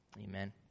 Amen